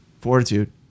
Fortitude